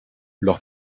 leur